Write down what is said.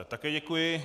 Také děkuji.